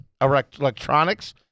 electronics